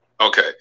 okay